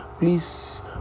Please